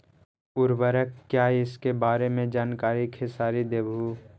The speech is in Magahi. उर्वरक क्या इ सके बारे मे जानकारी खेसारी देबहू?